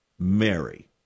Mary